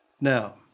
Now